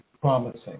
promising